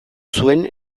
zuen